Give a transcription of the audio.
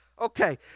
Okay